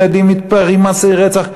ילדים מתפרעים, מעשי רצח.